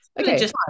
Okay